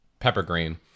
Peppergreen